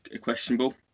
questionable